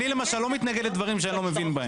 אני למשל לא מתנגד לדברים שאני לא מבין בהם.